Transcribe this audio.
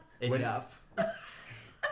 Enough